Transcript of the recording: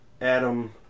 adam